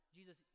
Jesus